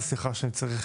תודה רבה וסליחה שאני צריך